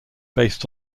based